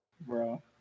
bro